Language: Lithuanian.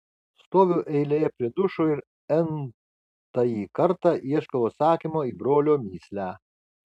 stoviu eilėje prie dušo ir n tąjį kartą ieškau atsakymo į brolio mįslę